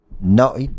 no